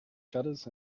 shutters